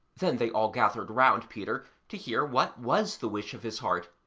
then they all gathered round peter to hear what was the wish of his heart,